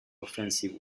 offensive